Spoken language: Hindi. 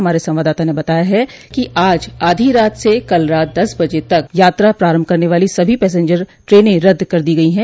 हमारे संवाददाता ने बताया है कि आज आधी रात से कल रात दस बजे तक यात्रा प्रारंभ करने वाली सभी पैसेंजर ट्रेनें रद्द कर दी गई हैं